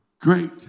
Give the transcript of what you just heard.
Great